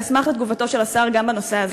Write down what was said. ואשמח לתגובתו של השר גם בנושא הזה.